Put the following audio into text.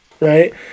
right